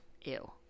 Ew